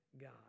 God